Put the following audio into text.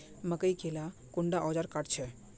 मकई के ला कुंडा ओजार काट छै?